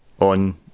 on